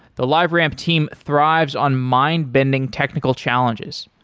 the liveramp team thrives on mind-bending technical challenges.